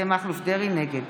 נגד